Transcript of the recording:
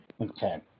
Okay